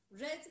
red